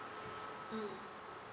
mm